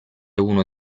uno